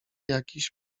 jakiś